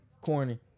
Corny